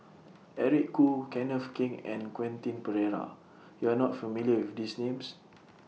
Eric Khoo Kenneth Keng and Quentin Pereira YOU Are not familiar with These Names